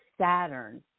Saturn